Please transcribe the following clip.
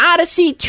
Odyssey